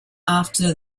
after